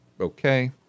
Okay